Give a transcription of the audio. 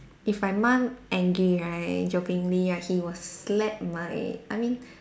if my mum angry right jokingly right he will slap my I mean